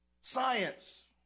science